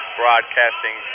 broadcasting